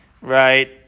right